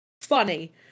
funny